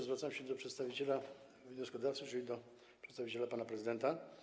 Zwracam się do przedstawiciela wnioskodawcy, czyli do przedstawiciela pana prezydenta.